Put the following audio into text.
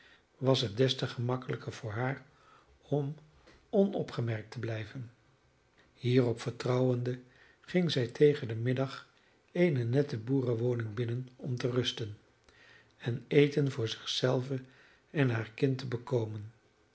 was het des te gemakkelijker voor haar om onopgemerkt te blijven hierop vertrouwende ging zij tegen den middag eene nette boerenwoning binnen om te rusten en eten voor zich zelve en haar kind te bekomen